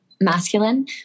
masculine